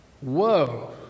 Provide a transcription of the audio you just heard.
Whoa